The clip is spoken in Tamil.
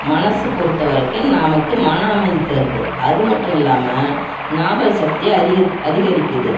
மனது பொறுத்த வரைக்கும் நமக்கு மன அமைதி தருது அது மட்டும் இல்லாமல் ஞாபகச் சக்தியை அரிக அதிகரிக்கிறது